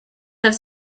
have